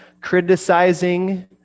criticizing